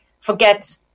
forget